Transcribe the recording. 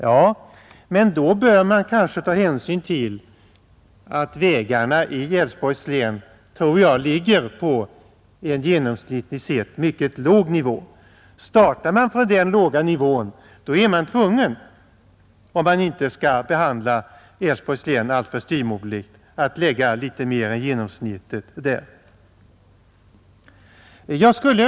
Ja, men då bör man kanske ta hänsyn till att vägarna i Älvsborgs län har en genomsnittligt mycket låg standard. Startar man från denna låga nivå är man tvungen, om man inte skall behandla Älvsborgs län alltför styvmoderligt, att lägga litet mer än genomsnittet på detta län.